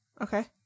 Okay